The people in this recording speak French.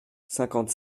cinquante